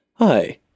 Hi